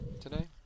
today